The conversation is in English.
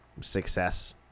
Success